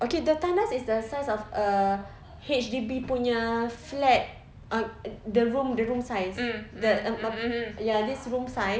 okay the tandas is the size of a H_D_B punya flat uh the room the room size the ya this room size